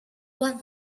one